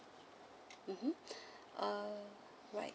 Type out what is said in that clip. mmhmm uh right